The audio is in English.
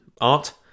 Art